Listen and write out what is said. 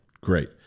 Great